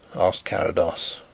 asked carrados.